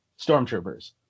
stormtroopers